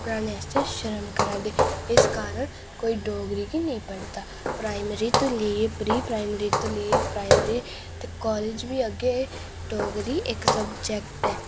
पढ़ाने आस्तै शर्म करा दे इस काऱण कोई डोगरी गी नेईं पढ़दा प्राइमरी तू लेइये प्री प्राइमरी ते कालेज तक डोगरी इक सब्जैक्ट ऐ